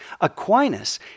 Aquinas